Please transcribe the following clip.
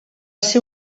ser